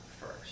first